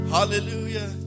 Hallelujah